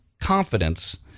confidence